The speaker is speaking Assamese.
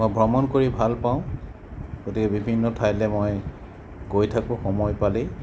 মই ভ্ৰমণ কৰি ভাল পাওঁ গতিকে বিভিন্ন ঠাইলৈ মই গৈ থাকোঁ সময় পালেই